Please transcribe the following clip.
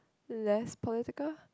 less political